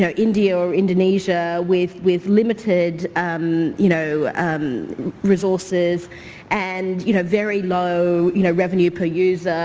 so india or indonesia with with limited you know um resources and you know very low you know revenue per user,